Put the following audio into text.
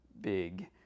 big